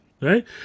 Right